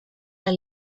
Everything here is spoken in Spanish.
las